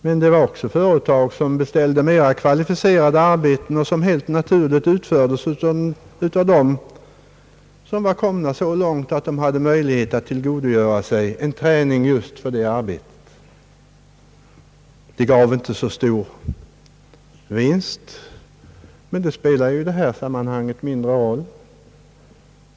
Men det fanns också företag som beställde mera kvalificerade arbeten, vilka helt naturligt utfördes av dem som hade möjlighet att tillgodogöra sig en träning just för det arbetet. Arbetena gav inte så stor vinst, men det spelar ju i detta sammanhang mindre roll.